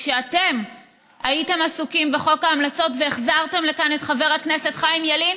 כשאתם הייתם עסוקים בחוק ההמלצות והחזרתם לכאן את חבר הכנסת חיים ילין,